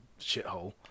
shithole